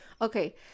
okay